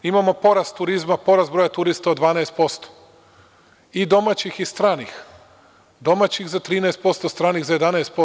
Imamo porast broja turista od 12%, i domaćih i stranih – domaćih za 13%, a stranih za 11%